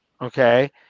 okay